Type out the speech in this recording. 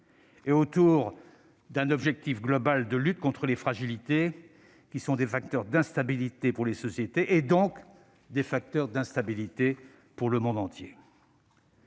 et autour d'un objectif global de lutte contre les fragilités, qui sont des facteurs d'instabilité pour les sociétés, et donc des facteurs d'instabilité pour le monde entier.